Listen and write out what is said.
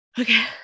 Okay